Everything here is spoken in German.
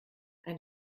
ein